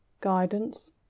guidance